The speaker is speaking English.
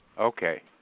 Okay